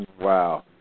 Wow